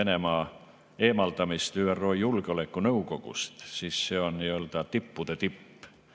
Venemaa eemaldamist ÜRO Julgeolekunõukogust, siis see on nii-öelda tippude tipp.